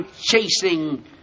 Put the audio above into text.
chasing